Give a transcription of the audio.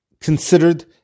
considered